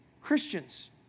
Christians